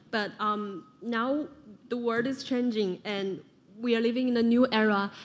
but um now the world is changing, and we are living in a new era.